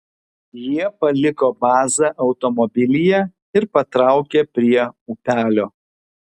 jie paliko bazą automobilyje ir patraukė prie upelio